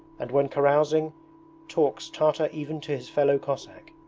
and when carousing talks tartar even to his fellow cossack.